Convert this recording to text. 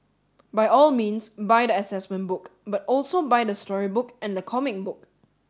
by all means buy the assessment book but also buy the storybook and the comic book